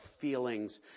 feelings